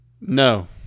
No